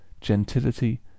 Gentility